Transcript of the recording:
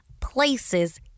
places